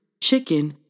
chicken